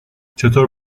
چطور